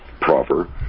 proper